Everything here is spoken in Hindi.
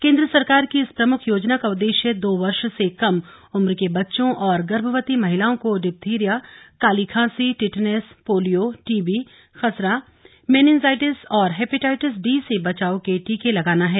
केन्द्र सरकार की इस प्रमुख योजना का उद्देश्य दो वर्ष से कम उम्र के बच्चों और गर्भवती महिलाओं को डिथ्थिरिया काली खांसी टिटनेस पोलियो टीबी खसरा मेनिनजाइटिस और हेपेटाइटिस बी से बचाव के टीके लगाना है